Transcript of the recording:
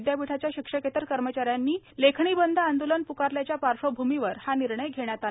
विद्यापीठाच्या शिक्षकेतर कर्मचाऱ्यानी लेखणी बंद आंदोलन प्कारल्याच्या पार्श्वभूमीवर हा निर्णय घेण्यात आला आहे